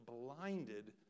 blinded